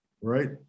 right